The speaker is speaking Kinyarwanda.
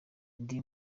indi